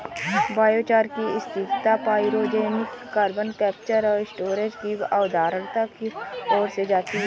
biochar की स्थिरता pyrogenic carbon capture और स्टोरेज की अवधारणा की ओर ले जाती है